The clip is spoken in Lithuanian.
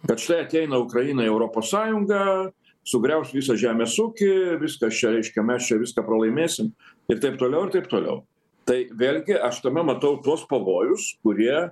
bet štai ateina ukraina į europos sąjungą sugriaus visą žemės ūkį viskas čia reiškia mes čia viską pralaimėsim ir taip toliau ir taip toliau tai vėlgi aš tame matau tuos pavojus kurie